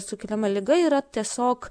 sukeliama liga yra tiesiog